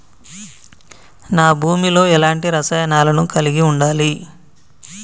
నా భూమి లో ఎలాంటి రసాయనాలను కలిగి ఉండాలి?